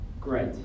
great